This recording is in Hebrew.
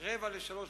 02:45,